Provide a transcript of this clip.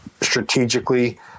strategically